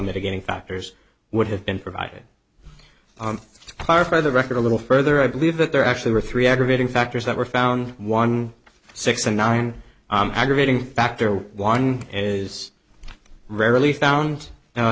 mitigating factors would have been provided clarify the record a little further i believe that there actually were three aggravating factors that were found one six and nine aggravating factor one is rarely found